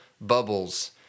bubbles